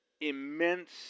immense